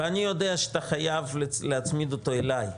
ואני יודע שאתה חייב להצמיד אותו אלי,